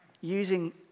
using